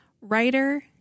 writer